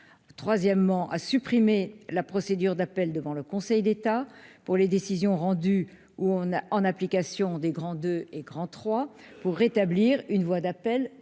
troisièmement à supprimer la procédure d'appel devant le Conseil d'État pour les décisions rendues, où on a, en application des grandes et grand trois pour rétablir une voie d'appel